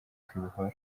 kwibohora